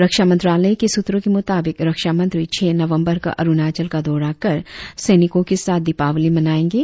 रक्षा मंत्रालय के सुत्रो के मुताबिक रक्षा मंत्री छह नवम्बर को अरुणाचल का दौरा कर सैनिको के साथ दिपावली मनाऐंगे